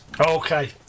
Okay